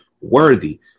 worthy